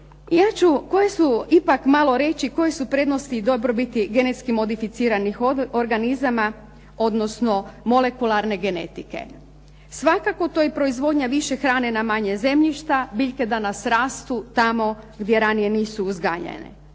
koje su prednosti i dobrobiti genetski modificiranih organizama odnosno molekularne genetike. Svakako to je proizvodnja više hrane na manje zemljišta. Biljke danas rastu tamo gdje ranije nisu uzgajane.